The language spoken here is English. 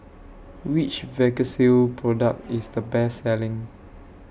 Which Vagisil Product IS The Best Selling